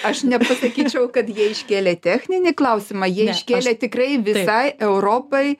aš nepasakyčiau kad jie iškėlė techninį klausimą jie iškėlė tikrai visai europai